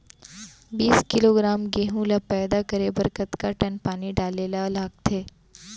बीस किलोग्राम गेहूँ ल पैदा करे बर कतका टन पानी डाले ल लगथे?